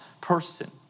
person